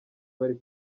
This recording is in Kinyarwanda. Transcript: bari